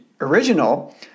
original